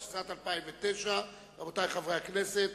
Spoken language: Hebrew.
התשס”ט 2009. רבותי חברי הכנסת,